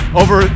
over